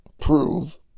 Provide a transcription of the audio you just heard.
prove